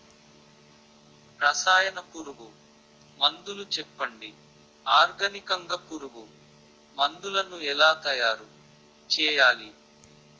రసాయన పురుగు మందులు చెప్పండి? ఆర్గనికంగ పురుగు మందులను ఎలా తయారు చేయాలి?